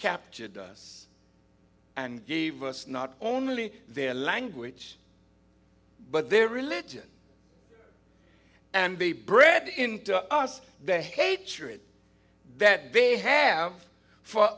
captured and gave us not only their language but their religion and they bred into us their hatred that they have for